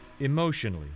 Emotionally